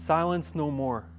silence no more